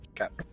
Okay